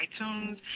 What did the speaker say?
iTunes